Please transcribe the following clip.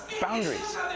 boundaries